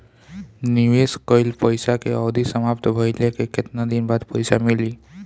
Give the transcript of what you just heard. निवेश कइल पइसा के अवधि समाप्त भइले के केतना दिन बाद पइसा मिली?